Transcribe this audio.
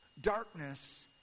darkness